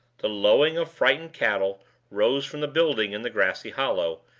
the lowing of frightened cattle rose from the building in the grassy hollow,